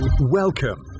Welcome